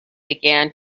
began